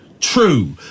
true